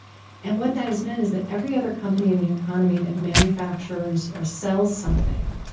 and what that has meant is that every other company in the economy that manufactures or sells something,